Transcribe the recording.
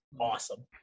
awesome